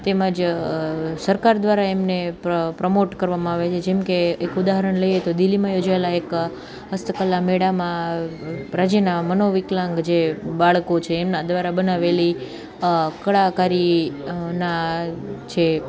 તેમજ સરકાર દ્વારા એમને પ્ર પ્રમોટ કરવામાં આવે જેમકે એક ઉદાહરણ લઈએ દિલ્લીમાં એ એક હસ્તકલા મેળામાં પ્રજીના મનો વિકલાંક જે બાળકો છે એમના દ્વારા બનાવેલી કળાકારી ના જે